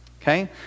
Okay